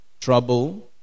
trouble